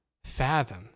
Fathom